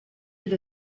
with